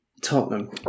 Tottenham